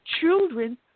Children